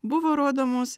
buvo rodomos